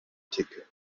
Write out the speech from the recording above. theke